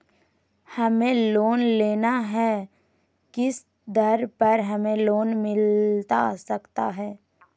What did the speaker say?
हमें लोन लेना है किस दर पर हमें लोन मिलता सकता है?